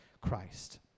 Christ